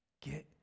Get